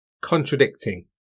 contradicting